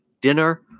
dinner